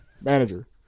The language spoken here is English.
Manager